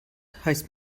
heißt